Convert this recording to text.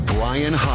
Brian